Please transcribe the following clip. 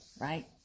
Right